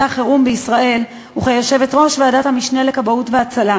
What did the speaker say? החירום בישראל וכיושבת-ראש ועדת המשנה לכבאות והצלה,